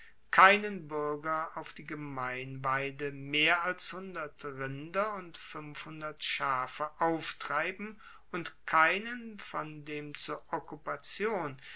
keinen buerger auf die gemeinweide mehr als hundert rinder und fuenfhundert schafe auftreiben und keinen von dem zur